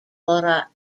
flora